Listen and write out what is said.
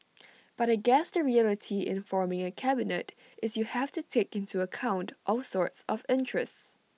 but I guess the reality in forming A cabinet is you have to take into account all sorts of interests